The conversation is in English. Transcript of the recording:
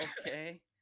okay